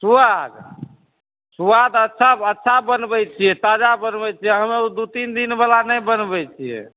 सुआद सुआद अच्छा अच्छा बनबै छी ताजा बनबै छी हमे ओ दू तीन दिन बला नहि बनबै छियै